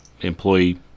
employee